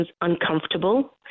uncomfortable